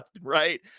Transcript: right